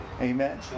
Amen